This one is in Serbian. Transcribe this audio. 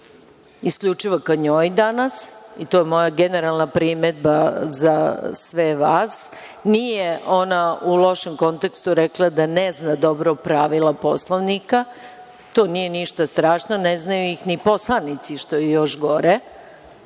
isključivo ka njoj danas i to je moja generalna primedba za sve vas. Nije ona u lošem kontekstu rekla da ne zna dobro pravila Poslovnika. To nije ništa strašno, ne znaju ih ni poslanici, što je još gore,